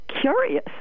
curious